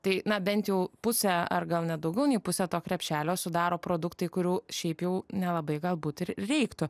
tai na bent jau pusę ar gal net daugiau nei pusę to krepšelio sudaro produktai kurių šiaip jau nelabai galbūt ir reiktų